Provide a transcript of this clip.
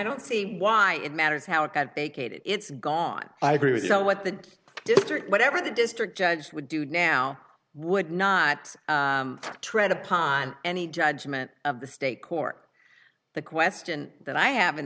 don't see why it matters how it got vacated it's gone i agree with what the district whatever the district judge would do now would not tread upon any judgment of the state court the question that i have in